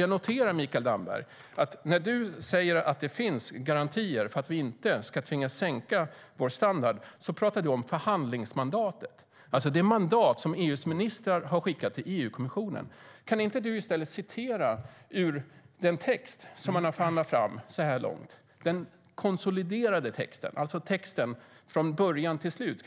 Jag noterar, Mikael Damberg, att när du säger att det finns garantier för att vi inte ska tvingas sänka vår standard pratar du om förhandlingsmandatet, alltså det mandat som EU:s ministrar har skickat till EU-kommissionen. Kan du inte i stället citera ur den text som man har förhandlat fram så här långt, den konsoliderade texten, alltså texten från början till slut,